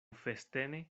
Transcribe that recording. festene